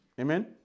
Amen